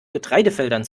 getreidefeldern